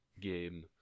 game